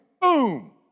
Boom